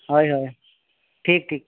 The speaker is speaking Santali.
ᱦᱳᱭ ᱦᱳᱭ ᱴᱷᱤᱠ ᱴᱷᱤᱠ